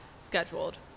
scheduled